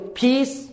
peace